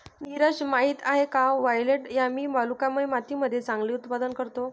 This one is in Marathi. नीरज माहित आहे का वायलेट यामी वालुकामय मातीमध्ये चांगले उत्पादन करतो?